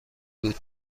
بود